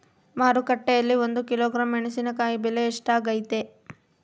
ಮಾರುಕಟ್ಟೆನಲ್ಲಿ ಒಂದು ಕಿಲೋಗ್ರಾಂ ಮೆಣಸಿನಕಾಯಿ ಬೆಲೆ ಎಷ್ಟಾಗೈತೆ?